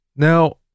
Now